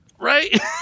Right